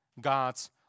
God's